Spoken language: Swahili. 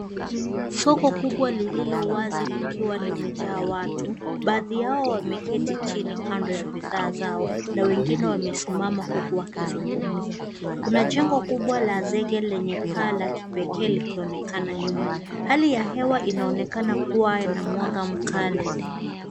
Soko kubwa lililo wazi likiwa limejaa watu. Baadhi yao wameketi chini kando ya bidhaa zao na wengine wamesimama huku wakizungumza. Kuna jengo kubwa la zege lenye paa la kipekee likionekana nyuma. Hali ya hewa inaonekana kuwa na mwanga mkali.